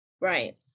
Right